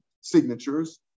signatures